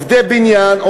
עובדי בניין,